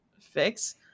fix